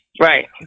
Right